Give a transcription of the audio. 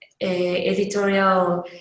editorial